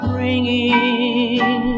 ringing